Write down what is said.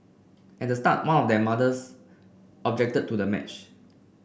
at start more of their mothers objected to the match